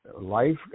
Life